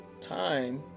time